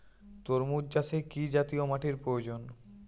তরমুজ চাষে কি জাতীয় মাটির প্রয়োজন?